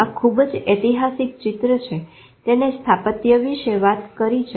આ ખુબ જ ઐતિહાસિક ચિત્ર છે તેને સ્થાપત્ય વિશે વાત કરી છે